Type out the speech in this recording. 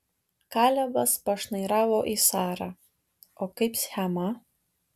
kalebas pašnairavo į sarą o kaip schema